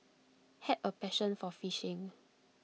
had A passion for fishing